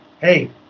hey